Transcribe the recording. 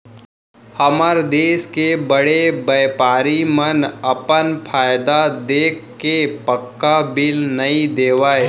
हमर देस के बड़े बैपारी मन अपन फायदा देखके पक्का बिल नइ देवय